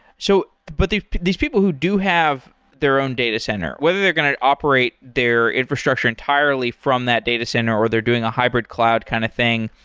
so but these these people who do have their own data center, whether they're going to operate their infrastructure entirely from that center, or they're doing a hybrid cloud kind of thing,